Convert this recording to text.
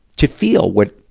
to feel what,